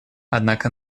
однако